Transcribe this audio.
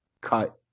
cut